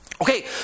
Okay